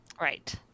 right